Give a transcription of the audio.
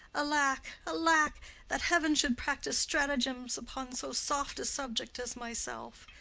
alack, alack, that heaven should practise stratagems upon so soft a subject as myself!